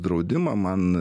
draudimą man